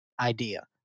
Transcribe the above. idea